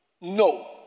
No